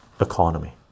economy